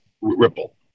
ripple